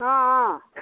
অঁ অঁ